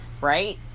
right